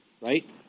right